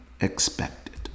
expected